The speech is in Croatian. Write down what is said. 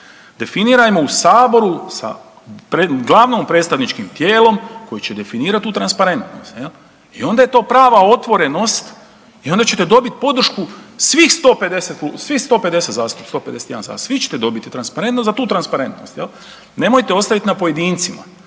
Definirajmo u Saboru sa glavnim predstavničkim tijelom koji će definirat tu transparentnost, jel, i onda je to prava otvorenost i onda ćete dobit podršku svih 150 zastupnika, 151 zastupnik, svi ćete dobit transparentnost za tu transparentnost, jel. Nemojte ostavit na pojedincima,